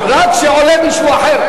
רק כשעולה מישהו אחר,